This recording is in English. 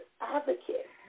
advocate